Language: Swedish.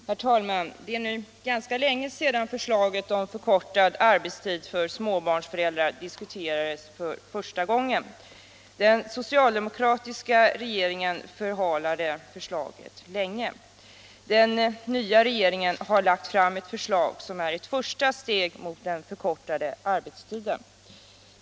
Herr talman! Det är nu ganska länge sedan förslaget om förkortad arbetstid för småbarnsföräldrar diskuterades för första gången. Den socialdemokratiska regeringen förhalade förslaget länge. Den nya regeringen har nu lagt fram ett förslag som är ett första steg i riktning mot den förkortade arbetstiden.